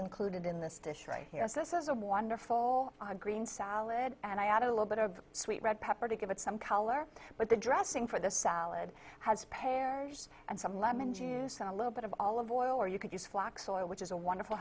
included in this dish right here as this is a wonderful green salad and i add a little bit of sweet red pepper to give it some color but the dressing for this salad has pears and some lemon juice and a little bit of all of oil or you could use flax oil which is a wonderful